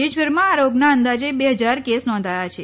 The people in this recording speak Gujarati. દેશભરમાં આ રોગના અંદાજે બે હજાર કેસ નોંધાયા છે